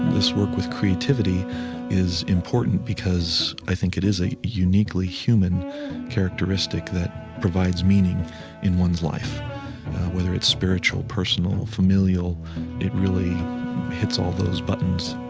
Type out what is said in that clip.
this work with creativity is important because i think it is a uniquely human characteristic that provides meaning in one's life whether it's spiritual, personal, familial it really hits all those buttons